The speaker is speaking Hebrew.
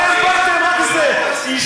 אתם באתם, רק זה, אבל איפה תוכניות מתאר?